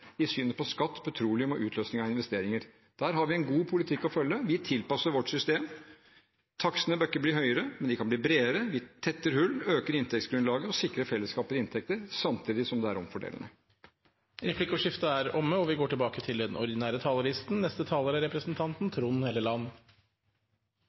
i synet på skatt, petroleum og utløsning av investeringer. Der har vi en god politikk å følge. Vi tilpasser vårt system. Takstene bør ikke bli høyere, men de kan bli bredere, vi tetter hull, øker inntektsgrunnlaget og sikrer fellesskapet inntekter, samtidig som det er omfordelende. Replikkordskiftet er omme. Jeg vil først benytte anledningen til